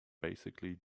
basically